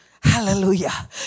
Hallelujah